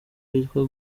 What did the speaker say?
yitwa